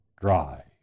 dry